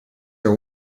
are